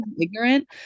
ignorant